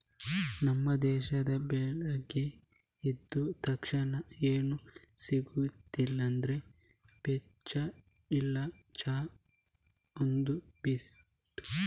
ನಮ್ಮ ದೇಶದಲ್ಲಿ ಬೆಳಿಗ್ಗೆ ಎದ್ದ ತಕ್ಷಣ ಏನು ಸಿಗದಿದ್ರೂ ಬೆಚ್ಚ ಇಲ್ಲ ಚಾ ಒಂದು ಬಿಟ್ಟು